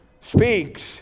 speaks